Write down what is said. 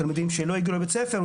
תלמידים שלא הגיעו לבית ספר,